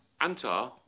Antar